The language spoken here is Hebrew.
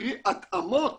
קרי התאמות